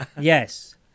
yes